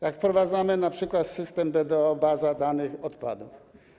Jak wprowadzamy np. system BDO, baza danych odpadów?